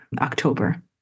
October